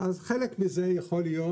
אז חלק מזה יכול להיות,